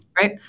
right